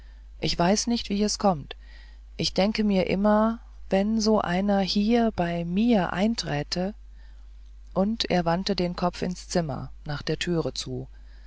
ich weiß nicht wie es kommt ich denke mir immer wenn so einer hier bei mir einträte und er wandte den kopf ins zimmer nach der türe zu